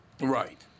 Right